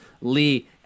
Lee